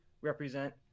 represent